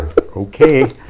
okay